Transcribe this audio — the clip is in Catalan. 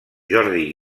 jordi